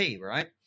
right